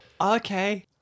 Okay